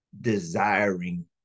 desiring